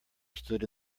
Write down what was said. stood